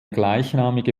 gleichnamige